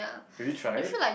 have you tried